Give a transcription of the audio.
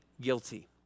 guilty